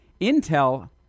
Intel